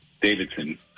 Davidson